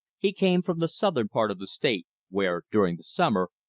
he came from the southern part of the state, where, during the summer,